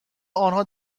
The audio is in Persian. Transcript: آنها